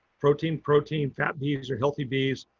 protein, protein, fat bees are healthy bees.